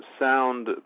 sound